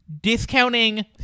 discounting